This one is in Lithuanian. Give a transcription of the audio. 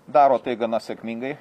daro tai gana sėkmingai